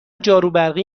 جاروبرقی